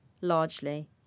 Largely